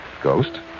ghost